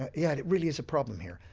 and yeah it really is a problem here.